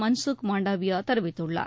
மன்சுக் மாண்டவியா தெரிவித்துள்ளார்